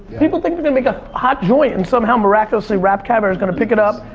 people think they're gonna make a hot joint and somehow miraculously rapcaviar is gonna pick it up,